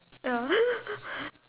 ya